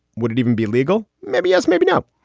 wouldn't even be legal. maybe, yes, maybe no.